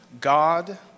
God